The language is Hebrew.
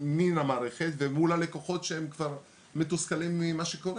מן המערכת ומול הלקוחות שהם כבר מתוסכלים ממה שקורה.